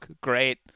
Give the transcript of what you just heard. great